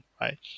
right